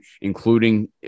including